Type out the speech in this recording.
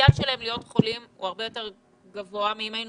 שהפוטנציאל שלהם להיות חולים הרבה יותר גבוה ממצב שבו היינו